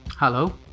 Hello